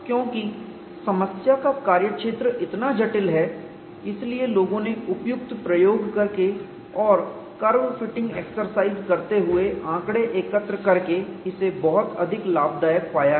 क्योंकि समस्या का कार्यक्षेत्र इतना जटिल है इसलिए लोगों ने उपयुक्त प्रयोग करके और कर्व फिटिंग एक्सरसाइज करते हुए आंकड़े एकत्र करके इसे बहुत अधिक लाभदायक पाया है